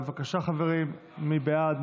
בבקשה חברים, מי בעד?